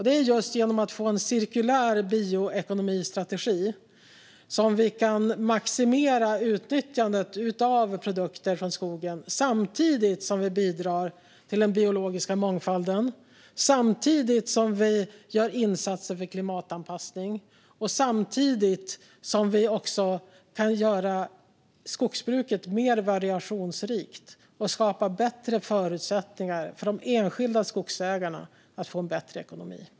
Det är just genom att få en cirkulär bioekonomistrategi som vi kan maximera utnyttjandet av produkter från skogen samtidigt som vi bidrar till den biologiska mångfalden, samtidigt som vi gör insatser för klimatanpassning och samtidigt som vi gör skogsbruket mer variationsrikt och skapar bättre förutsättningar för de enskilda skogsägarna att få en bättre ekonomi.